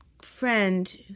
friend